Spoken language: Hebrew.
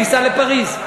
וייסע לפריז.